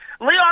Leon